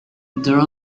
there